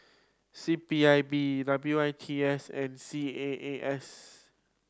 C P I B W I T S and C A A S